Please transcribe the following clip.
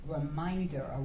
reminder